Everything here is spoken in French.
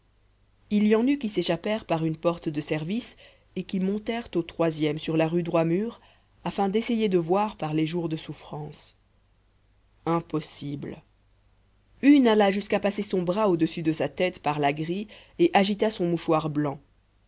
il y en eut qui s'échappèrent par une porte de service et qui montèrent au troisième sur la rue droit mur afin d'essayer de voir par les jours de souffrance impossible une alla jusqu'à passer son bras au-dessus de sa tête par la grille et agita son mouchoir blanc